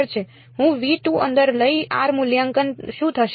હું અંદર લઇ r મૂલ્યાંકન શું થશે